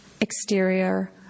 exterior